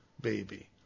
baby